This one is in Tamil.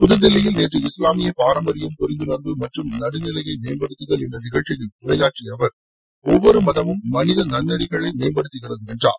புதுதில்லியில் நேற்று இஸ்லாமிய பாரம்பரியம் புரிந்துணர்வு மற்றும் நடுநிலையை மேம்படுத்துதல் என்ற நிகழ்ச்சியில் உரையாற்றிய அவர் ஒவ்வொரு மதமும் மனித நன்னெறிகளை மேம்படுத்துகிறது என்றார்